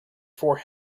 for